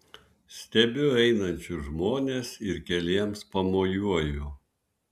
stebiu einančius žmones ir keliems pamojuoju